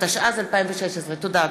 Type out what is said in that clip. התשע"ז 2016. תודה,